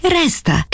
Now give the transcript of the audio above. resta